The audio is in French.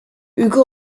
ugo